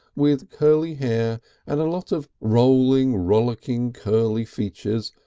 with curly hair and a lot of rolling, rollicking, curly features,